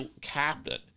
captain